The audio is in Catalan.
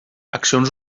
accions